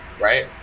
right